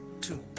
two